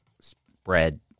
spread